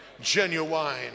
genuine